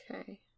Okay